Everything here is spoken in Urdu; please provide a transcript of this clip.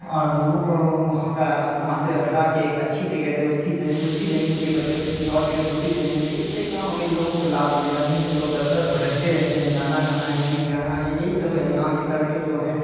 اور لوگوں کو وہاں کا وہاں سے ہٹا کے ایک اچھی جگہ دے اس کی اسی زمین کے بدلے کسی اور جگہ دوسری زمین دے اس سے کیا ہوگا ان لوگوں کو لابھ ملے گا نہیں تو لوگ در در بھٹکتے رہتے ہیں جانا کہاں ہے نہیں جانا ہے یہی سب ہے یہاں کی سڑکیں جو ہیں